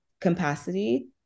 capacity